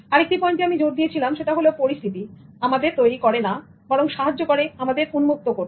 আরেকটি পয়েন্টে আমি জোর দিয়েছিলাম সেটা হলো পরিস্থিতি আমাদের তৈরি করে না বরং সাহায্য করে আমাদের উন্মুক্ত করতে